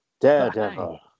Daredevil